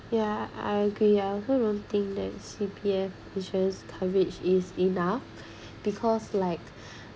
yeah I agree ya I also don't think that C_P_F insurance coverage is enough because like